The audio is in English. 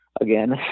again